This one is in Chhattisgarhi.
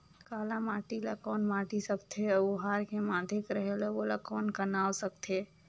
काला माटी ला कौन माटी सकथे अउ ओहार के माधेक रेहेल अउ ओला कौन का नाव सकथे?